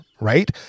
right